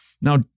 Now